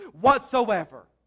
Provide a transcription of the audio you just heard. whatsoever